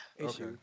Okay